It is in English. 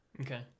Okay